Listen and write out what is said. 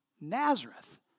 Nazareth